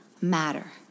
matter